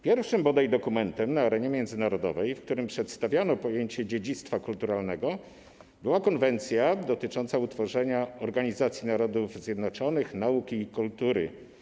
Pierwszym bodaj dokumentem na arenie międzynarodowej, w którym przedstawiono pojęcie dziedzictwa kulturalnego, była Konwencja dotycząca utworzenia Organizacji Narodów Zjednoczonych dla Wychowania, Nauki i Kultury.